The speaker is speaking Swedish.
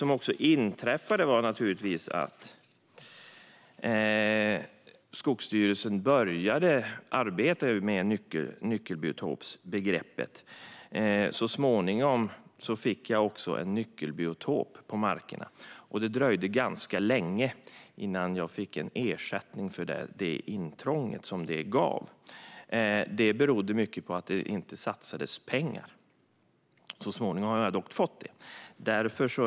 Det som inträffade var att Skogsstyrelsen började arbeta med nyckelbiotopsbegreppet, och så småningom fick jag också en nyckelbiotop på markerna. Det dröjde ganska länge innan jag fick ersättning för det intrång som det gav. Det berodde mycket på att det inte satsades pengar. Så småningom har jag dock fått ersättning.